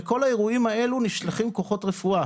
לכל האירועים האלו נשלחים כוחות רפואה,